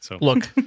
look